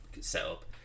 setup